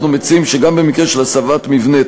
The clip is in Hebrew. אנחנו מציעים שגם במקרה של הסבת מבנה,